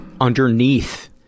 underneath